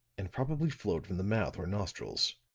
and probably flowed from the mouth or nostrils.